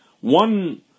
one